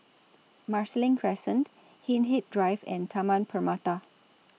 Marsiling Crescent Hindhede Drive and Taman Permata